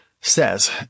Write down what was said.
says